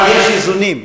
אבל יש איזונים,